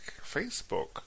Facebook